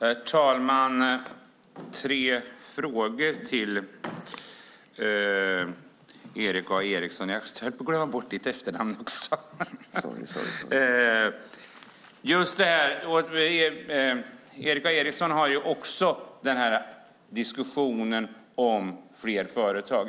Herr talman! Jag har tre frågor till Erik A Eriksson - även jag höll på att glömma efternamnet. Också Erik A Eriksson för diskussionen om fler företag.